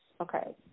Okay